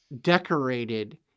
decorated